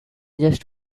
just